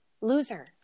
loser